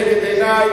לנגד עיני,